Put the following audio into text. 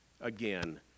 again